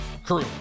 crew